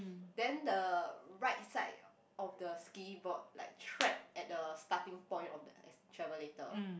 then the right side of the ski board like trapped at the starting point of the es~ travelator